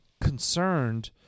concerned